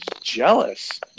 Jealous